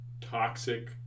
toxic